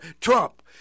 Trump